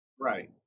Right